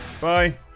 bye